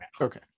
okay